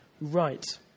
right